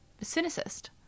cynicist